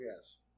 Yes